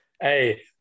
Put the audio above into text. Hey